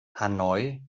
hanoi